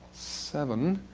seven.